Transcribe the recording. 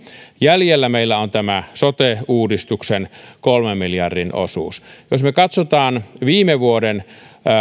jäljellä meillä on tämä sote uudistuksen kolmen miljardin osuus jos me katsomme viime vuoden